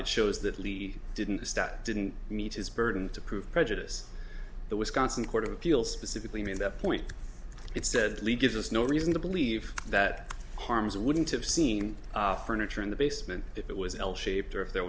it shows that lee didn't step didn't meet his burden to prove prejudice the wisconsin court of appeals specifically made that point it said lee gives us no reason to believe that harms wouldn't have seemed furniture in the basement if it was l shaped or if there